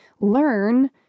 learn